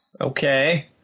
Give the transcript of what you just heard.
Okay